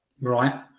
Right